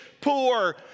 poor